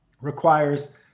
requires